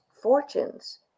fortunes